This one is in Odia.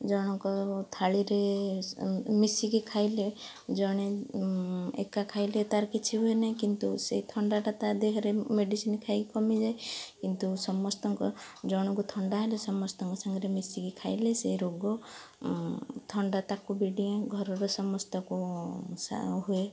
ଜଣଙ୍କ ଥାଳିରେ ମିଶିକି ଖାଇଲେ ଜଣେ ଏକା ଖାଇଲେ ତାର କିଛି ହୁଏନି କିନ୍ତୁ ସେ ଥଣ୍ଡାଟା ତା ଦେହରେ ମେଡ଼ିସିନ୍ ଖାଇ କମିଯାଏ କିନ୍ତୁ ସମସ୍ତଙ୍କ ଜଣକୁ ଥଣ୍ଡାହେଲେ ସମସ୍ତଙ୍କ ସାଙ୍ଗରେ ମିଶିକି ଖାଇଲେ ସେ ରୋଗ ଥଣ୍ଡା ତାକୁ ଘରର ସମସ୍ତଙ୍କୁ ହୁଏ